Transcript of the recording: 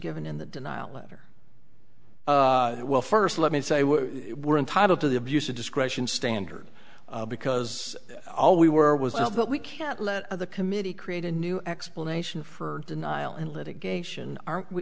given in the denial letter well first let me say we were entitled to the abuse of discretion standard because all we were was but we can't let the committee create a new explanation for denial and litigation aren't we